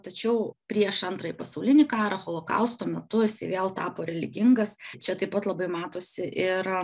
tačiau prieš antrąjį pasaulinį karą holokausto metu jisai vėl tapo religingas čia taip pat labai matosi ir